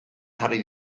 jarri